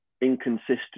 inconsistent